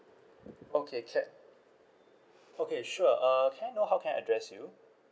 okay check okay sure uh can I know how can I address you